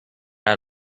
out